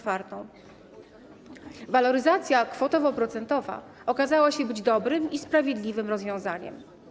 Waloryzacja kwotowo-procentowa okazała się dobrym i sprawiedliwym rozwiązaniem.